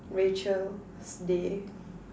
Rachel's day